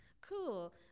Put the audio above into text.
cool